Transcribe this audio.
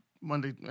Monday